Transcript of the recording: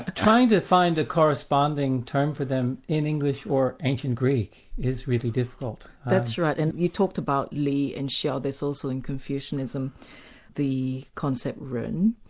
ah trying to find a corresponding term for them in english or ancient greek is really difficult. that's right, and you talked about li and xiao, there's also in confucianism the concept rn.